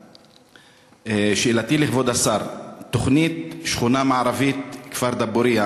לדוכן כדי להשיב על שאילתה דחופה מס' 72 מאת חבר הכנסת אוסאמה